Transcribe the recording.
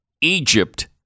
Egypt